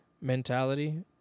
mentality